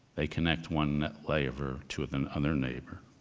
they connect one like neighbor to another neighbor.